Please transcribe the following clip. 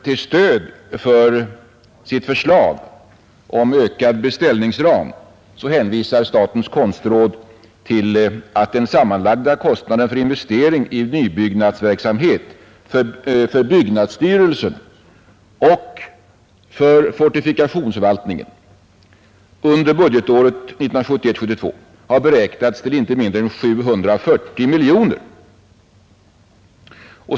Till stöd för sitt förslag om ökad beställningsram hänvisar statens konstråd till att den sammanlagda kostnaden för investeringar i nybyggnadsverksamhet för byggnadsstyrelsen och för fortifikationsförvaltningen under budgetåret 1971/72 har beräknats till inte mindre än 740 miljoner kronor.